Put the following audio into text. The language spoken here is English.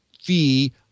fee